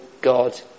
God